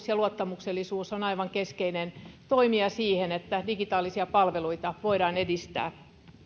ja luottamuksellisuus on aivan keskeinen toimija siinä että digitaalisia palveluita voidaan edistää